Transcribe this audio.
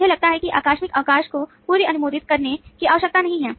मुझे लगता है कि आकस्मिक अवकाश को पूर्व अनुमोदित करने की आवश्यकता नहीं है